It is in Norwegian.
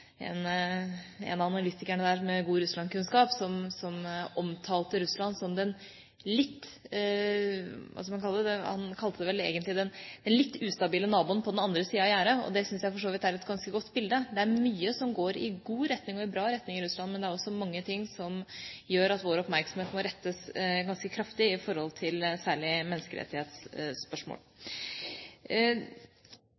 en av analytikerne der med god Russland-kunnskap som omtalte Russland som den litt ustabile naboen på den andre siden av gjerdet, og det syns jeg for så vidt er et ganske godt bilde. Det er mye som går i god retning i Russland, men det er også mange ting som gjør at vår oppmerksomhet må rettes ganske kraftig mot særlig menneskerettighetsspørsmål. Utenriksministeren nevner selv mange av de trekkene som går i